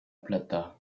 plata